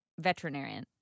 Veterinarian